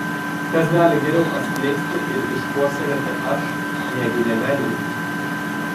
kas gali geriau atskleisti ir išpuoselėti aš jeigu ne menininkai